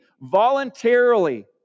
voluntarily